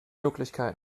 möglichkeiten